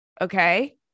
Okay